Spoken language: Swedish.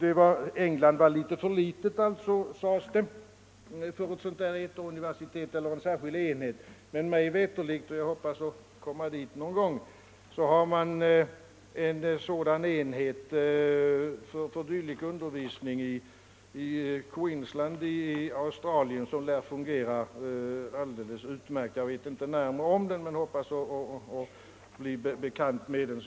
England var litet, sades det, för en särskild enhet. Mig veterligen har man en enhet för dylik undervisning i Queensland i Australien, som lär fungera alldeles utmärkt. Jag vet ingenting närmare om den, men jag hoppas få komma dit någon gång och bli bekant med den.